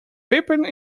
peeping